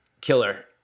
killer